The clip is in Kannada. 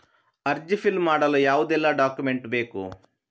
ಅರ್ಜಿ ಫಿಲ್ ಮಾಡಲು ಯಾವುದೆಲ್ಲ ಡಾಕ್ಯುಮೆಂಟ್ ಬೇಕು?